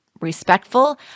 respectful